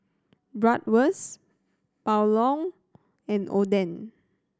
Bratwurst Pulao and Oden